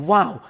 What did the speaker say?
Wow